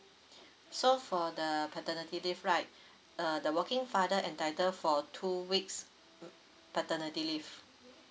so for the paternity leave right uh the working father entitled for two weeks pa~ paternity leave